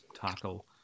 tackle